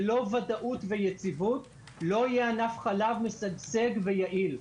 ללא ודאות ויציבות לא יהיה ענף חלב משגשג ויעיל.